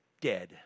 Dead